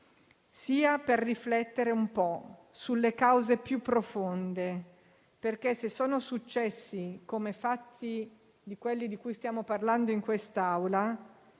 sia per riflettere un po' sulle cause più profonde. Se sono successi fatti come quelli di cui stiamo parlando in quest'Aula,